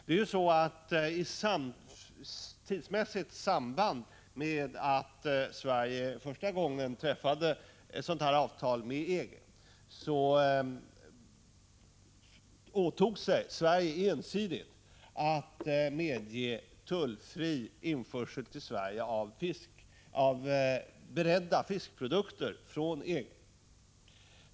I tidsmässigt samband med att Sverige för första gången träffade ett sådant här avtal med EG åtog sig Sverige ensidigt att medge tullfri införsel till Sverige av beredda fiskprodukter från EG.